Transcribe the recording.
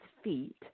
feet